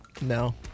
no